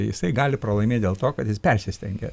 jisai gali pralaimėt dėl to kad jis persistengė